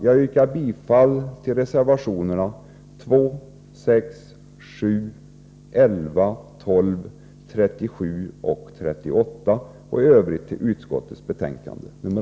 Jag yrkar bifall till reservationerna 2, 6, 7, 11, 12, 37 och 38 och i Övrigt till hemställan i kulturutskottets betänkande 18.